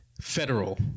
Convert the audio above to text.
Federal